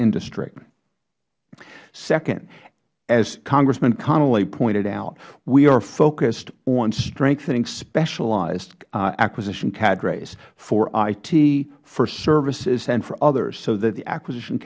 industry second as congressman connolly pointed out we are focused on strengthening specialized acquisition cadres for it for services and for others so that the acquisition